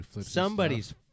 Somebody's